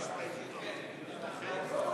נתקבל.